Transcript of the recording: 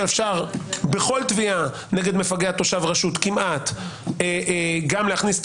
יש עשרות או מאות מקרים שבהם אנשים הזיקו,